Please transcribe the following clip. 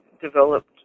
developed